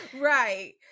right